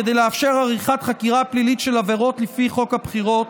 כדי לאפשר עריכת חקירה פלילית של עבירות לפי חוק הבחירות,